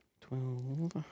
twelve